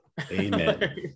Amen